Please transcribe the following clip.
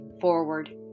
forward